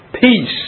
peace